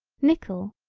nickel,